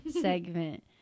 segment